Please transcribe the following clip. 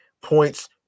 points